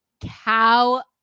Cow